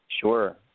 Sure